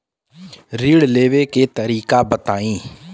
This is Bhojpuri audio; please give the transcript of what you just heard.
ऋण लेवे के तरीका बताई?